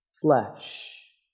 flesh